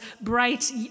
bright